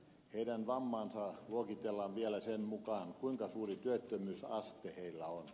heidän vammansa luokitellaan vielä sen mukaan kuinka suuri työkyvyttömyysaste heillä on